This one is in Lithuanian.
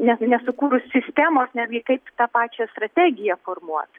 ne nesukūrus sistemos netgi kaip tą pačią strategiją formuot